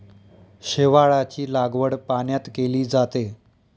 शेवाळाची लागवड पाण्यात केली जाते